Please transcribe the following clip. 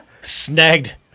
Snagged